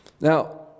Now